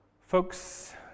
Folks